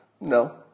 No